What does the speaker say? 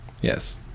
yes